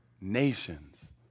nations